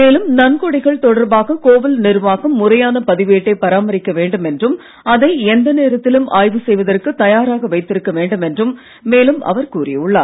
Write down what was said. மேலும் நன்கொடைகள் தொடர்பாக கோவில் நிர்வாகம் முறையான பதிவேட்டை பராமரிக்க வேண்டும் என்றும் அதை எந்த நேரத்திலும் ஆய்வு செய்வதற்கு தயாராக வைத்திருக்க வேண்டும் என்றும் மேலும் அவர் கூறியுள்ளார்